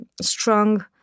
strong